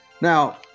Now